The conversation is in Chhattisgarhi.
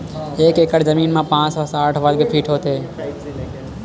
एक एकड़ जमीन मा पांच सौ साठ वर्ग फीट होथे